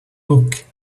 book